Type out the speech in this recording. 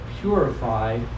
purify